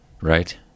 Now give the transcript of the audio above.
right